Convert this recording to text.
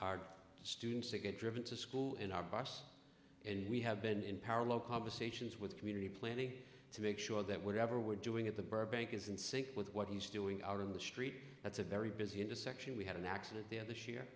our students that get driven to school in our bus and we have been in power low conversations with community planning to make sure that whatever we're doing at the burbank is in sync with what he's doing out in the street that's a very busy intersection we had an accident there this year